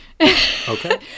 okay